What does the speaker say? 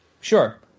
Sure